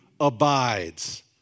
abides